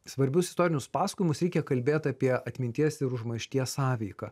svarbius istorinius pasakojimus reikia kalbėt apie atminties ir užmaršties sąveiką